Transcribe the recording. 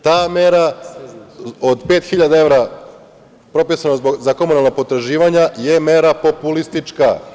Ta mera od pet hiljada evra, propisana za komunalna potraživanja, je mera populistička.